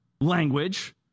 language